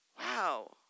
wow